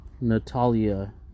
Natalia